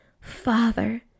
Father